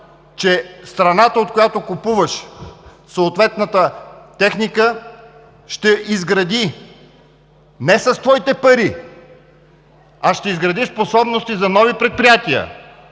че страната, от която купуваш съответната техника, ще изгради не с твоите пари, а ще изгради способности за нови предприятия,